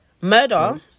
Murder